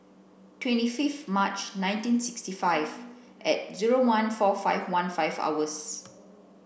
twenty fifth March nineteen sixty five at zero one four five one five hours